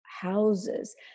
houses